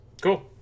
Cool